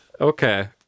Okay